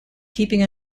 keeping